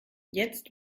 jetzt